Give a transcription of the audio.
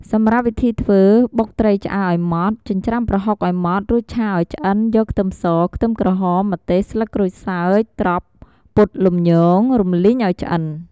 សម្រាប់វីធីធ្ធ្វើបុកត្រីឆ្អើឱ្យម៉ដ្ឋ ចិញ្ច្រាំប្រហុកឱ្យម៉ត់ រួចឆាឱ្យឆ្អិនយកខ្ទឹមស ខ្ទឹមក្រហម ម្ទេស ស្លឹកក្រូចសើច ត្រប់ពុតលំញង រំលីងឱ្យឆ្អិន។